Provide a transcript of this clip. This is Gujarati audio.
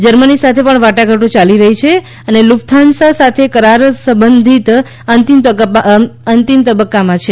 જર્મની સાથે પણ વાટાઘાટો ચાલી રહી છે અને લુફથાન્સા સાથે કરાર અંતિમ તબક્કામાં છે